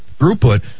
throughput